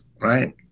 right